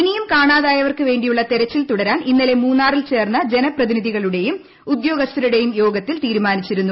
ഇനിയും കാണാതായ വർക്ക് വ്േണ്ടിയുള്ള തെരച്ചിൽ തുടരാൻ ഇന്നലെ മൂന്നാറിൽ ചേർന്ന് ജനപ്രതിനിധികളുടെയും ഉദ്യോഗസ്ഥരുടെയും യോഗത്തിൽ തീരുമാനിച്ചിരുന്നു